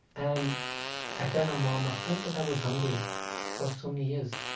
and i tell her, mom, i felt that i was hungry for so many years.